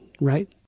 right